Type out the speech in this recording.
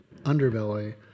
underbelly